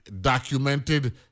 documented